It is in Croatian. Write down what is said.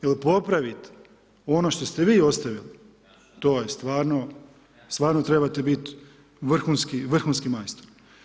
Jer popraviti ono što ste vi ostavili, to je stvarno, stvarno trebate biti vrhunski majstor.